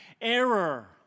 error